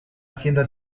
hacienda